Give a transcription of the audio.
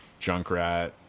Junkrat